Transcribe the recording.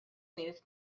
news